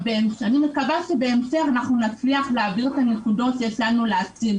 אני מקווה שבהמשך אנחנו נצליח להעביר את הנקודות שיש לנו להציע.